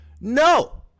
no